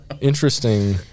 interesting